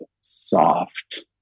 soft